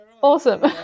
awesome